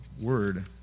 word